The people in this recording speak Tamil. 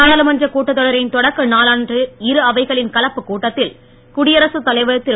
நாடாளுமன்ற கூட்டத் தொடரின் தொடக்க நாளன்று இரு அவைகளின் கலப்பு கூட்டத்தில் குடியரசுத் தலைவர் திரு